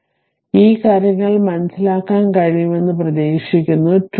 അതിനാൽ ഈ കാര്യങ്ങൾ മനസ്സിലാക്കാൻ കഴിയുമെന്ന് പ്രതീക്ഷിക്കുന്നു